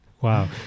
Wow